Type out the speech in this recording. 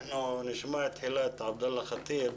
אנחנו נשמע תחילה את עבדאללה חטיב,